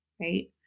right